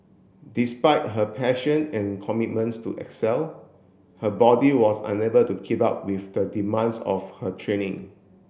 despite her passion and commitments to excel her body was unable to keep up with the demands of her training